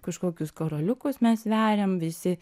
kažkokius karoliukus mes veriam visi